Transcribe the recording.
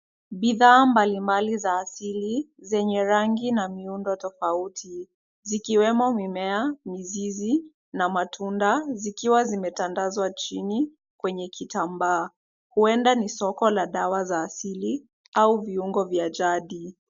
Bidhaa mbalimbali za asili zenye rangi na miundo tofauti, zikiwemo mimea, mizizi na matunda, zikiwa zimetandazwa chini kwenye kitambaa, huenda ni soko la dawa za asili au viungo vya jadi.